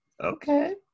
Okay